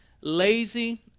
lazy